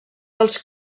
els